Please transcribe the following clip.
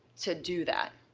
to do that?